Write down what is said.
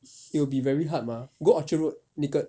it will be very hard mah go orchard road naked